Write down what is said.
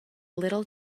little